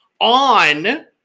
on